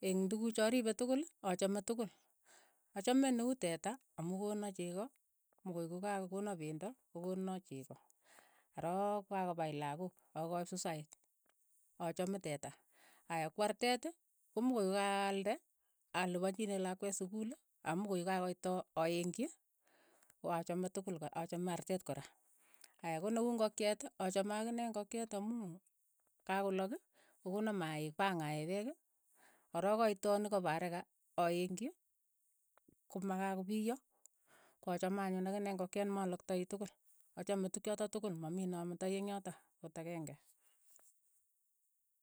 Eng' tukucho aripe tukul, achame tukul, achame ne uu teeta amu kona cheko, mo koiy kokakokona pendo, ko kona cheko, arook ko kako pai lakook. ak kaip sosayat, achame teta, aya kuu artet, ko muu koi ko kaalde, alipanchinee lakwet sukuul, amu koi kakoiit too aeng'chi, ko achame tukul kor achame artet kora, aya ko ne uu ing'okchet, achame akine ingokiet amu kakolak ii, ko kona maiik pa ngae peek, ko rook koit too ne ka pa haraka, aengchi, koma kakopiyo, ko achame akine ingokiet ne malaktai tokol, achame tukchotok tokol, ma mii nametai eng' yotok, akot akeng'e.